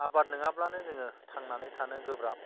आबाद नोङाब्लानो जोङो थांनानै थानो गोब्राब